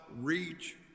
reach